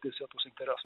tiesioginius interesus